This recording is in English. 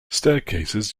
staircases